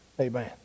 amen